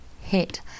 hit